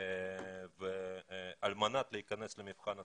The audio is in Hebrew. על מנת להיכנס למבחן התמיכות.